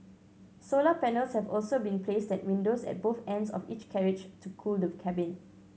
solar panels have also been placed at windows at both ends of each carriage to cool the cabin